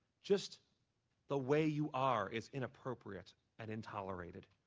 just the way you are is inappropriate and intolerated.